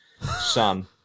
son